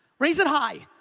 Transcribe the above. raise it high.